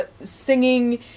singing